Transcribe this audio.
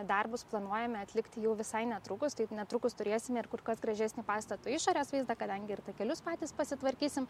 darbus planuojame atlikti jau visai netrukus tai netrukus turėsime ir kur kas gražesnį pastato išorės vaizdą kadangi ir takelius patys pasitvarkysim